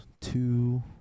two